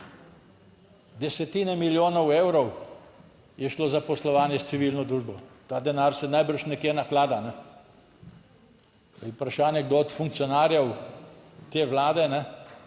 desetine milijonov evrov je šlo za poslovanje s civilno družbo. Ta denar se najbrž nekje naklada, vprašanje kdo od funkcionarjev te vlade, to